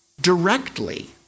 directly